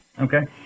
okay